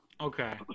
Okay